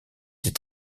des